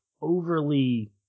overly